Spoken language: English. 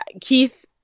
Keith